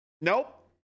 Nope